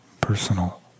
personal